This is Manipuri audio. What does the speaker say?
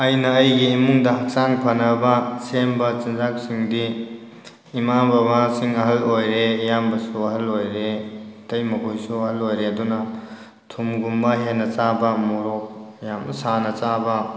ꯑꯩꯅ ꯑꯩꯒꯤ ꯏꯃꯨꯡꯗ ꯍꯛꯆꯥꯡ ꯐꯅꯕ ꯁꯦꯝꯕ ꯆꯤꯟꯖꯥꯛꯁꯤꯡꯗꯤ ꯏꯃꯥ ꯕꯕꯥꯁꯤꯡ ꯑꯍꯜ ꯑꯣꯏꯔꯦ ꯏꯌꯥꯝꯕꯁꯨ ꯑꯍꯜ ꯑꯣꯏꯔꯦ ꯏꯇꯩꯃꯥꯈꯣꯏꯁꯨ ꯑꯍꯜ ꯑꯣꯏꯔꯦ ꯑꯗꯨꯅ ꯊꯨꯝꯒꯨꯝꯕ ꯍꯦꯟꯅ ꯆꯥꯕ ꯃꯣꯔꯣꯛ ꯌꯥꯝꯅ ꯁꯥꯅ ꯆꯥꯕ